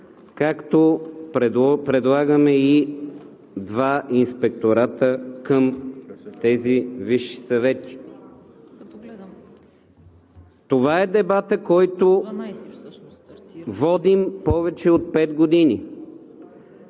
както предлагаме и два инспектората към тези висши съвети. Това е дебатът, който водим повече от пет години.